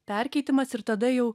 perkeitimas ir tada jau